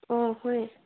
ꯑꯥ ꯍꯣꯏ